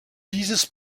dieses